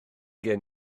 gen